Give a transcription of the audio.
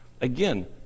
Again